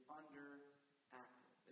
underactive